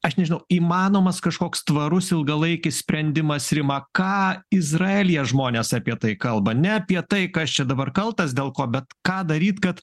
aš nežinau įmanomas kažkoks tvarus ilgalaikis sprendimas rima ką izraelyje žmonės apie tai kalba ne apie tai kas čia dabar kaltas dėl ko bet ką daryt kad